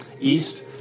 east